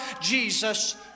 Jesus